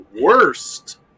worst